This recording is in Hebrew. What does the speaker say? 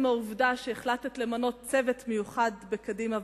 על העובדה שהחלטת למנות צוות מיוחד בקדימה,